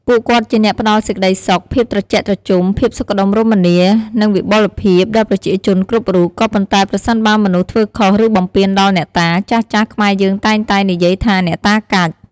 ពួកគាត់ជាអ្នកផ្ដល់សេចក្ដីសុខ ភាពត្រជាក់ត្រជុំ ភាពសុខដុមរមនា និងវិបុលភាពដល់ប្រជាជនគ្រប់រូប ក៏ប៉ុន្តែប្រសិនបើមនុស្សធ្វើខុសឬបំពានដល់អ្នកតា ចាស់ៗខ្មែរយើងតែងតែនិយាយថាអ្នកតាកាច់។